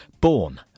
Born